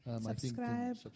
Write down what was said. Subscribe